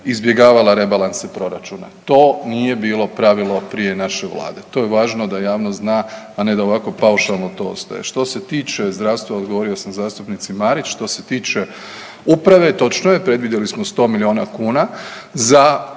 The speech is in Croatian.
izbjegavala rebalanse proračuna. To nije bilo pravilo prije naše vlade, to je važno da javnost zna, a ne da ovako paušalno to ostaje. Što se tiče zdravstva odgovorio sam zastupnici Marić, što se tiče uprave točno je predvidjeli smo 100 miliona kuna za